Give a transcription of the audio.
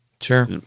sure